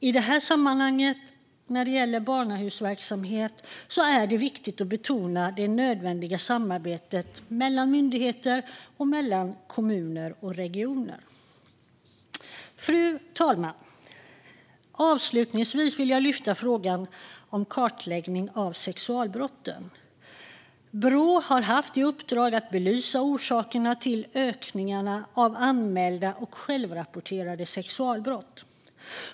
I det här sammanhanget, när det gäller barnahusverksamheten, är det viktigt att betona det nödvändiga samarbetet mellan myndigheter och mellan kommuner och regioner. Fru talman! Avslutningsvis vill jag lyfta fram frågan om kartläggning av sexualbrotten. Brå har haft i uppdrag att belysa orsakerna till ökningarna av anmälda och självrapporterade sexualbrott.